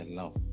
love